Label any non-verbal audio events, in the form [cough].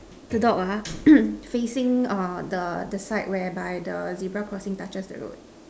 the dog ah [coughs] facing uh the the side whereby the zebra crossing touches the road